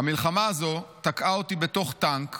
"המלחמה הזו תקעה אותי בתוך טנק,